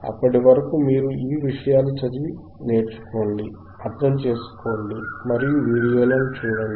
అప్పటి వరకు మీరు ఈ విషయాలు చదివి నేర్చుకోండి అర్థం చేసుకోండి మరియు వీడియోలను చూడండి